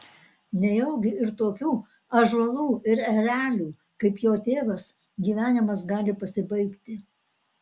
nejaugi ir tokių ąžuolų ir erelių kaip jo tėvas gyvenimas gali pasibaigti